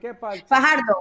Fajardo